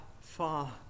far